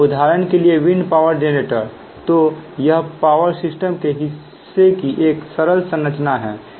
उदाहरण के लिएविंड पावर जेनरेटर तो यह पावर सिस्टम के हिस्से की एक सरल संरचना है